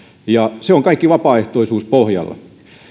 ja se on kaikki vapaaehtoisuuspohjalla